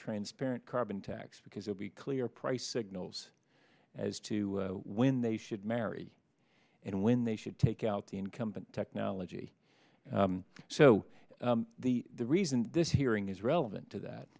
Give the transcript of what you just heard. transparent carbon tax because they'll be clear price signals as to when they should marry and when they should take out the incumbent technology so the reason this hearing is relevant to that